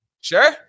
sure